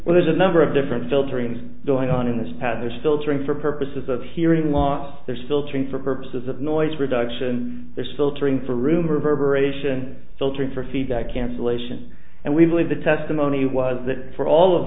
well there's a number of different filtering going on in this paddlers filtering for purposes of hearing loss there's filtering for purposes of noise reduction there's filtering for room reverberation filtering for feedback cancellation and we believe the testimony was that for all of